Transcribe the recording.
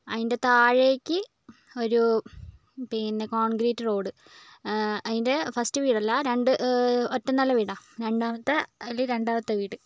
അതിന്റെ താഴേക്ക് ഒരു പിന്നെ കോൺക്രീറ്റ് റോഡ് അതിന്റെ ഫസ്റ്റ് വീടല്ല രണ്ട് ഒറ്റനില വീടാണ് രണ്ടാമത്തെ അതിൽ രണ്ടാമത്തെ വീട്